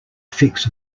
fix